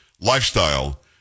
lifestyle